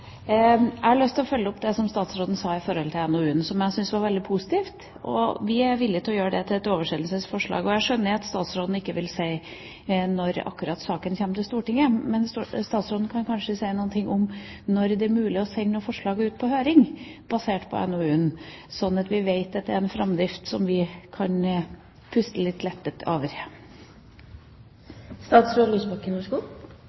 Jeg har lyst til å følge opp det som statsråden sa om NOU-en, som jeg syns var veldig positivt. Vi er villige til å gjøre vårt forslag om til et oversendelsesforslag. Jeg skjønner at statsråden ikke vil si akkurat når saken kommer til Stortinget. Men statsråden kan kanskje si noe om når det er mulig å sende forslag ut på høring, basert på NOU-en, slik at vi vet at det er en framdrift, så vi kan puste litt lettet